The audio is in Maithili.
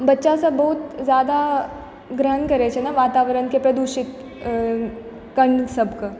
बच्चा सब बहुत ज्यादा ग्रहण करै छै ने वातावरणके प्रदूषित कण सबके